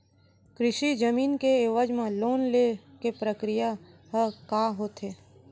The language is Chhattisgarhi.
कृषि जमीन के एवज म लोन ले के प्रक्रिया ह का होथे?